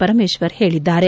ಪರಮೇಶ್ನರ್ ಹೇಳಿದ್ದಾರೆ